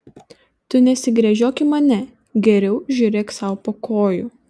tu nesigręžiok į mane geriau žiūrėk sau po kojų